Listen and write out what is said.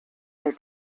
there